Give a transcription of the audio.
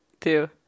two